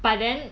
but then